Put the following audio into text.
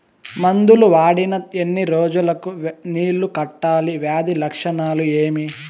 మందులు వాడిన ఎన్ని రోజులు కు నీళ్ళు కట్టాలి, వ్యాధి లక్షణాలు ఏమి?